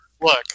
look